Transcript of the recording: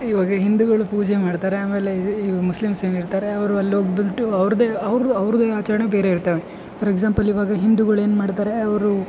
ಇವಾಗ ಹಿಂದೂಗಳು ಪೂಜೆ ಮಾಡ್ತಾರೆ ಆಮೇಲೆ ಈ ಮುಸ್ಲಿಮ್ಸ್ ಏನಿರ್ತಾರೆ ಅವರು ಅಲ್ಲಿ ಹೋಗ್ಬಿಟ್ಟು ಅವ್ರದೇ ಅವರು ಅವರು ಅವ್ರದೇ ಆಚರಣೆ ಬೇರೆ ಇರ್ತವೆ ಫರ್ ಎಕ್ಸಾಂಪಲ್ ಇವಾಗ ಹಿಂದೂಗಳು ಏನು ಮಾಡ್ತಾರೆ ಅವರು